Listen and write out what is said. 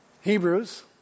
Hebrews